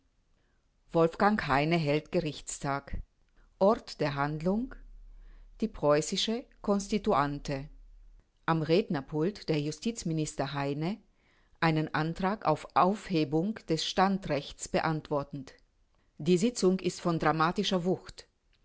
wolfgang heine hält gerichtstag ort der handlung die preuß konstitut am rednerpult d justizmin heine einen antrag auf aufhebung d standrechts beantwortend die sitzung ist von dramat wucht